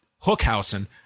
hookhausen